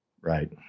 Right